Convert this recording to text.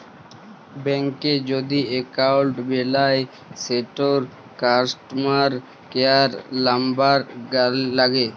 ব্যাংকে যদি এক্কাউল্ট বেলায় সেটর কাস্টমার কেয়ার লামবার ল্যাগে